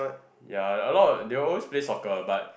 ya a lot they will always play soccer but